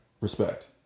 respect